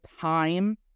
time